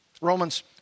Romans